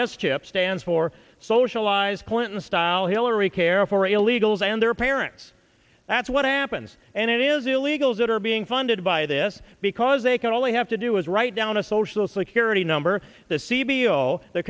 s chip stands for socialized clinton style hillary care for illegals and their parents that's what happens and it is illegals that are being funded by this because they can only have to do is write down a social security number the